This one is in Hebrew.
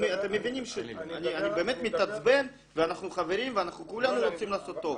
אנחנו חברים ואנחנו כולנו רוצים לעשות טוב,